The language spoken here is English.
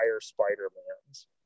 Spider-Mans